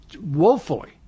woefully